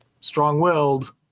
strong-willed